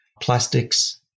Plastics